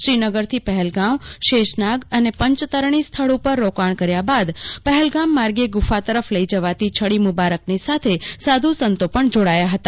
શ્રીનગરથી પહલગામ શેષનાગ અને પંચતરણી સ્થળ ઉપર રોકાણ કર્યા બાદ પહલગામ માર્ગે ગુફા તરફ લઈજવાતી છડી મુબારકની સાથે સાધુ સંતો પણ જોડાયાહતા